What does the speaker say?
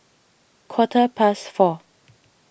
quarter past four